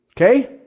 Okay